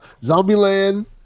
Zombieland